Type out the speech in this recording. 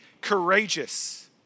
courageous